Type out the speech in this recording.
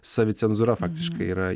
savicenzūra faktiškai yra